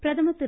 பிரதமர் திரு